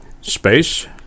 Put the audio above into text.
space